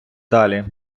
далі